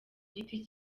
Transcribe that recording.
giti